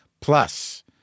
Plus